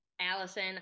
Allison